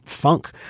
funk